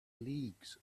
leagues